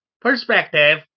perspective